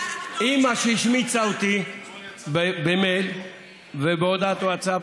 אימא שהשמיצה אותי במייל ובהודעת ווטסאפ,